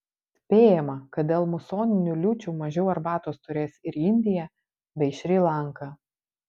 spėjama kad dėl musoninių liūčių mažiau arbatos turės ir indija bei šri lanka